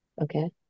okay